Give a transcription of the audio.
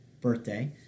birthday